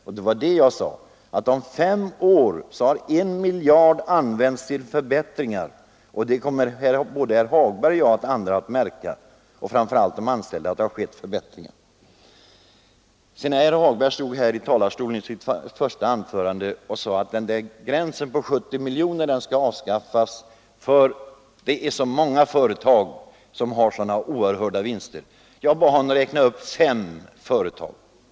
Jag sade ju att om fem år har 1 miljard kronor använts till förbättringar, och både herr Hagberg och jag men framför allt de anställda kommer att märka att förbättringar har skett. I sitt första anförande sade herr Hagberg att gränsen på 70 miljoner bör avskaffas, eftersom det är så många företag som gör sådana oerhörda vinster. Jag bad honom räkna upp fem företag.